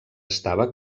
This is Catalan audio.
estava